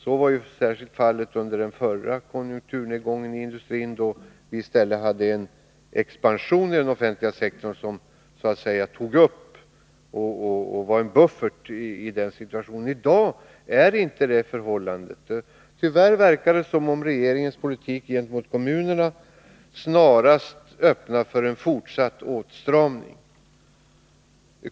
Så var särskilt fallet under den förra konjunkturnedgången i industrin, då vi i stället hade en expansion i den offentliga sektorn som så att säga tog upp nedgången i den privata; den offentliga sektorn fungerade som en buffert. I dag är det inte förhållandet. Tyvärr verkar regeringens politik gentemot kommunerna snarast öppna för en fortsatt åtstramning.